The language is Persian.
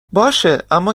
باشه، اما